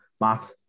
Matt